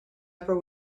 upper